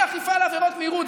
אי-אכיפה בעבירות מהירות.